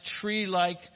tree-like